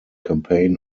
campaign